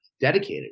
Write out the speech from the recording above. dedicated